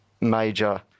major